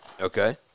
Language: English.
Okay